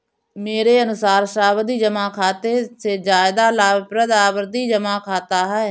मेरे अनुसार सावधि जमा खाते से ज्यादा लाभप्रद आवर्ती जमा खाता है